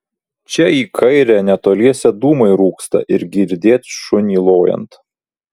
čia į kairę netoliese dūmai rūksta ir girdėt šunį lojant